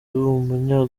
umunya